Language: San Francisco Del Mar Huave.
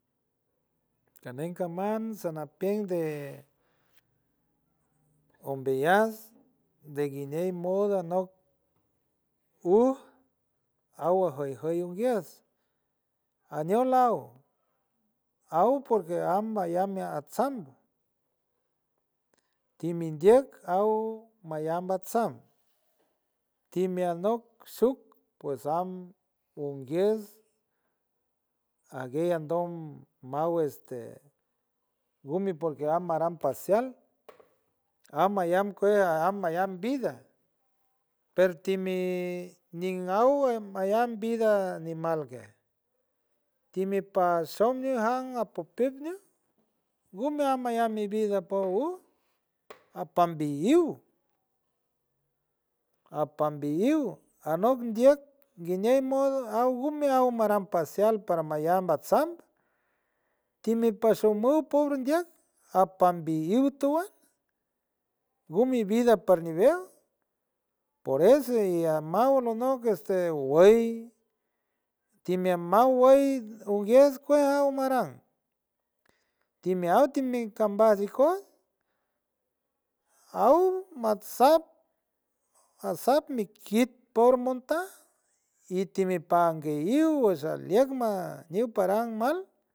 Kaney kaman sanat peind de ambeayeats de guiney modo anoc, uu awa joy joy ngiets añolaw au por que amayan meat sang, timi ndiec au mayan batsang timea anac chuck pues am unguies aguey andom maw este gumi por que maran pasial a mallan cull a mallan vida pertimi ni awey maian vida animal que, time pashon njean apopitniw gumea maian vida pawi apanbiu, apanbiu anoc ndiek guiñe modo augu meaw perin pasialpara mallan pansan, time pashumum pobre ndiek apanbiu tiwel gu mi vida parmi biel por eso llamaw aroc noc este guey timea mau guey onguies keajaw maran temeat ti cambaj ijots aw matsap, matsap mikit por montak iti panguyiw uachiliag ma ña para malc.